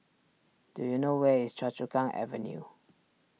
do you know where is Choa Chu Kang Avenue